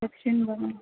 पश्यन् वा